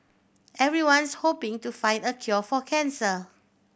everyone's hoping to find the cure for cancer